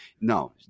No